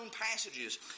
passages